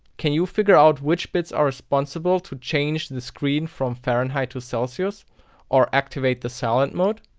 can you figure out which bits are responsible to change the screen from farenheit to celsius or activate the silent mode?